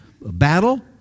battle